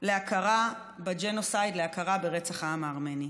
להכרה בג'נוסייד, להכרה ברצח העם הארמני.